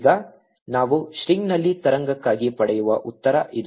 ಈಗ ನಾವು ಸ್ಟ್ರಿಂಗ್ನಲ್ಲಿ ತರಂಗಕ್ಕಾಗಿ ಪಡೆಯುವ ಉತ್ತರ ಇದು